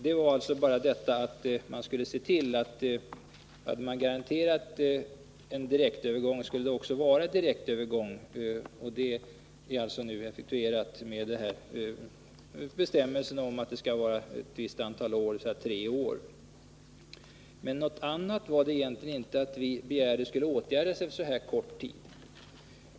Vi ville alltså bara att regeringen skulle se till att det, eftersom det hade garanterats en sådan, verkligen blev fråga om en direktövergång. Detta krav är nu tillgodosett genom bestämmelsen om att urvalet till de platser som omfattas av garantin för direktövergång skall göras på enbart meriter av avgångsbetyg från gymnasieskolan som är högst tre år gammalt. Vi begärde däremot inte att någonting annat skulle åtgärdas efter så här kort tid.